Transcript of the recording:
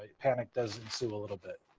ah panic does ensue a little bit.